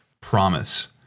promise